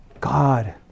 God